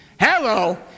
Hello